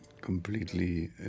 completely